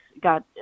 got